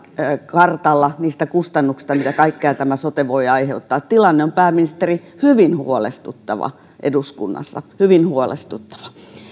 kartalla niistä kustannuksista mitä kaikkea tämä sote voi aiheuttaa tilanne on eduskunnassa pääministeri hyvin huolestuttava hyvin huolestuttava